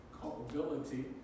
culpability